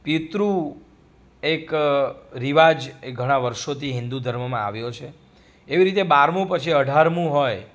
પિતૃ એક રિવાજ એ ઘણાં વર્ષોથી હિન્દુ ધર્મમાં આવ્યો છે એવી રીતે બારમુ પછી અઢારમુ હોય